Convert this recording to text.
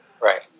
Right